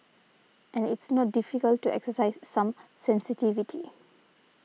and it's not difficult to exercise some sensitivity